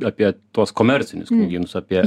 apie tuos komercinius knygynus apie